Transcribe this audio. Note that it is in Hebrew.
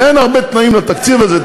ואין הרבה תנאים לתקציב הזה.